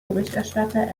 berichterstatter